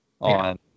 on